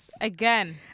again